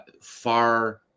far